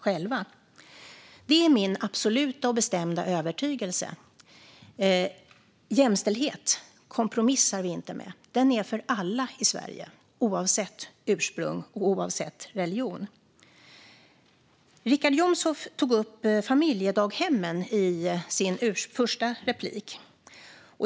Detta är min absoluta och bestämda övertygelse. Jämställdhet kompromissar vi inte med. Den är för alla i Sverige, oavsett ursprung och religion. Richard Jomshof tog upp familjedaghemmen i sitt första inlägg.